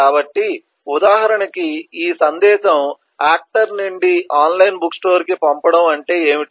కాబట్టి ఉదాహరణకి ఈ సందేశం ఆక్టర్ నుండి ఆన్లైన్ బుక్ స్టోర్ కి పంపడం అంటే ఏమిటి